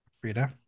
Frida